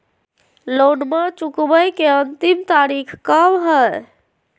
लोनमा चुकबे के अंतिम तारीख कब हय?